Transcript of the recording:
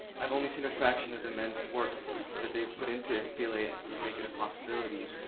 i've only seen a fraction of the immense work that they've put into fbla to make it a possibility.